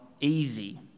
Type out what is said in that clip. easy